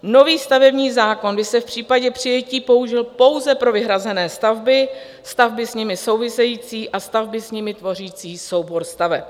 Nový stavební zákon by se v případě přijetí použil pouze pro vyhrané stavby, stavby s nimi související a stavby s nimi tvořící soubor staveb.